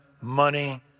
money